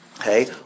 Okay